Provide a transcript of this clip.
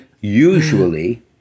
usually